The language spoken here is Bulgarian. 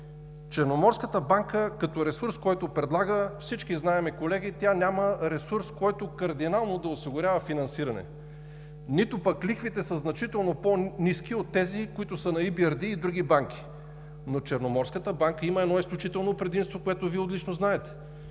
Черноморската банка като ресурс, който предлага. Всички знаем, колеги, тя няма ресурс, който кардинално да осигурява финансиране, нито пък лихвите са значително по-ниски от тези, които са на IBRD и други банки, но Черноморската банка има едно изключително предимство, което Вие отлично знаете,